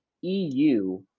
EU